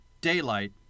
Daylight